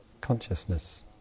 consciousness